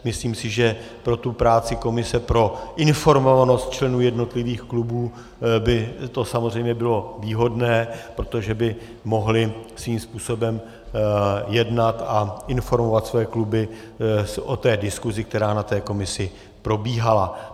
Myslím si, že pro práci komise, pro informovanost členů jednotlivých klubů by to samozřejmě bylo výhodné, protože by mohly svým způsobem jednat a informovat své kluby o diskusi, která na té komisi probíhala.